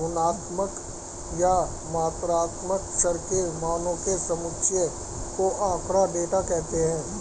गुणात्मक या मात्रात्मक चर के मानों के समुच्चय को आँकड़ा, डेटा कहते हैं